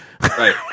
Right